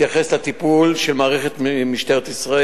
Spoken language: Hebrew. אתייחס לטיפול של משטרת ישראל,